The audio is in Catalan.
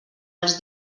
els